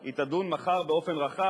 היא תדון מחר באופן רחב,